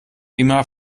immer